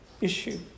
issue